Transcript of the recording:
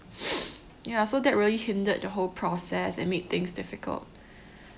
ya so that really hindered the whole process and made things difficult